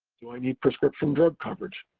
do i need prescription drug coverage?